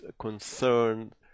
concerned